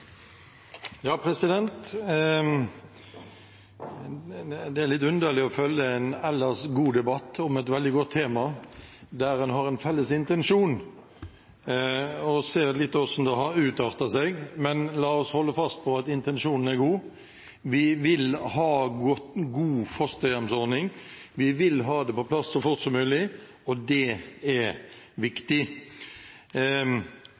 Det er litt underlig å følge en ellers god debatt om et veldig godt tema, der en har en felles intensjon – og se litt på hvordan det har utartet seg. Men la oss holde fast på at intensjonen er god. Vi vil ha en god fosterhjemsordning. Vi vil ha det på plass så fort som mulig. Det er